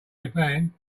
japan